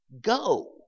go